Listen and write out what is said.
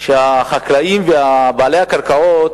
שהחקלאים ובעלי הקרקעות,